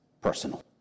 personal